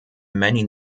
many